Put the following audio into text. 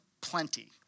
plenty